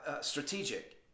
strategic